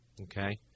okay